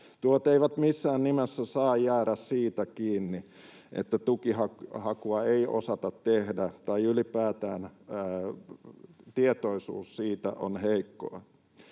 Tuet eivät missään nimessä saa jäädä kiinni siitä, että tukihakua ei osata tehdä tai ylipäätään tietoisuus siitä on heikkoa.